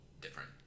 different